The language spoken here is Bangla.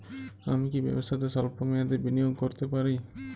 আমি কি ব্যবসাতে স্বল্প মেয়াদি বিনিয়োগ করতে পারি?